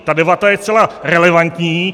Ta debata je zcela relevantní.